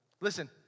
Listen